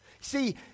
See